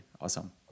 awesome